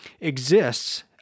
exists